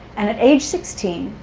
and at age sixteen,